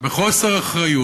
בחוסר אחריות.